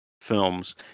films